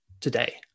today